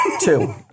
Two